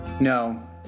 No